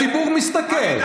הציבור מסתכל.